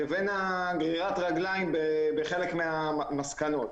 לבין גרירת הרגליים בחלק מהמסקנות.